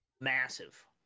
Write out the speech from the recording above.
Massive